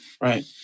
Right